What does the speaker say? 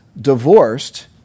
divorced